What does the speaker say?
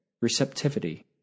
receptivity